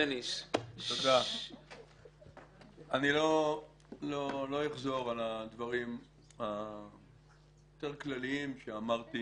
אני לא אחזור על הדברים היותר כלליים שאמרתי